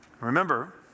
Remember